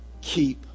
keep